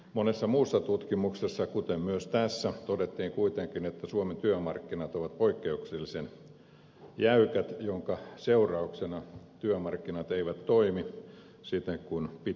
monessa muussa tutkimuksessa kuten myös tässä todettiin kuitenkin että suomen työmarkkinat ovat poikkeuksellisen jäykät minkä seurauksena työmarkkinat eivät toimi siten kuin pitäisi